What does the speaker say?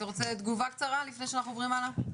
אתה רוצה תגובה קצרה לפני שאנחנו עוברים האלה?